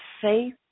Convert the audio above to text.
safe